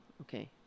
Okay